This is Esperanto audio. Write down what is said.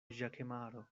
ĵakemaro